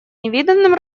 невиданным